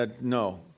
No